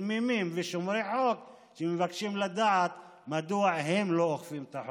תמימים ושומרי חוק שמבקשים לדעת מדוע הם לא אוכפים את החוק.